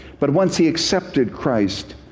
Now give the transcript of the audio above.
but once he accepted christ,